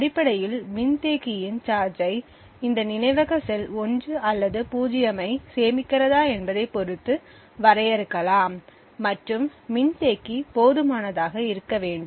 அடிப்படையில் மின்தேக்கியின் சார்ஜை இந்த நினைவக செல் 1 அல்லது 0 ஐ சேமிக்கிறதா என்பதை பொருத்து வரையறுக்கலாம் மற்றும் மின்தேக்கி போதுமானதாக இருக்க வேண்டும்